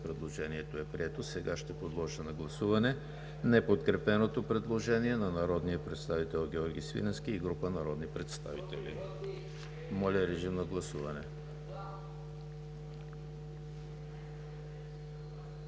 Предложението е прието. Сега подлагам на гласуване неподкрепеното предложение на народния представител Георги Свиленски и група народни представители. Гласували